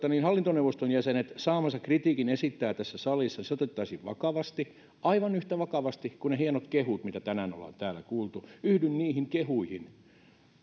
hallintoneuvoston jäsenet saamansa kritiikin esittävät tässä salissa se otettaisiin vakavasti aivan yhtä vakavasti kuin ne hienot kehut mitä tänään on täällä kuultu yhdyn niihin kehuihin